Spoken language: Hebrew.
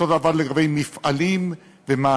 אותו הדבר לגבי מפעלים ומעסיקים.